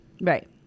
Right